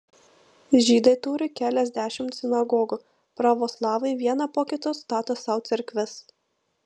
žydai turi keliasdešimt sinagogų pravoslavai vieną po kitos stato sau cerkves